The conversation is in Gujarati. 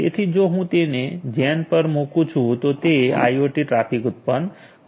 તેથી જો હું જેન પર મૂકું છું તો તે આઇઓટી ટ્રાફિક ઉત્પન્ન કરશે